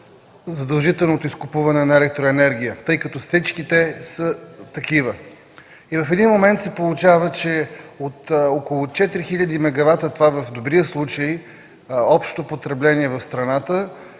задължителното изкупуване на електроенергия, тъй като всички те са такива. В един момент се получава, че от около четири хиляди мегавата общо потребление в страната,